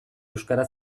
euskara